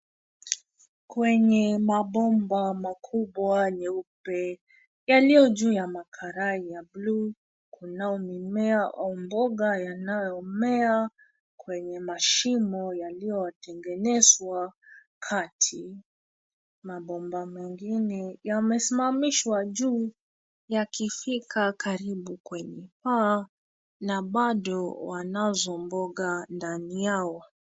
Kwenye mabomba makubwa nyeupe yaliyo juu ya makarai ya buluu, Kunao mimea au mboga yanayomea kwenye mashimo yaliyowatengenezwa kati. Mabomba mengine yamesmamishwa juu yakifika karibu kwenye paa na bado wanazo mboga ndani yao.